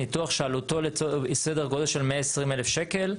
ניתוח שעלותו, סדר גודל של 120,000 שקלים.